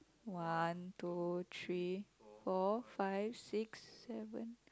one two three four five six seven